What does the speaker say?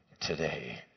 today